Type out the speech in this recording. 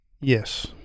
Yes